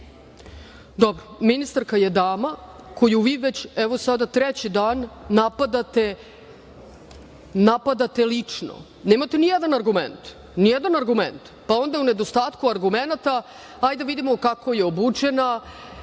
ministarka je dama, koju vi već, evo sada treći dan napadate, napadate lično. Nemate ni jedan argument, pa onda u nedostatku argumenata, hajde da vidimo kako je obučena,